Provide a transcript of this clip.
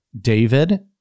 David